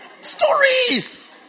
Stories